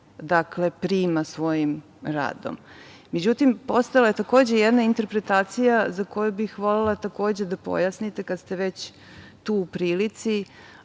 čovek prima svojim radom.Međutim, postojala je takođe jedna interpretacija koju bih volela da pojasnite, kad ste već tu u prilici,